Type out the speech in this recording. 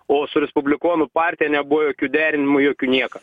o su respublikonų partija nebuvo jokių derinimų jokių nieko